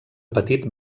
petit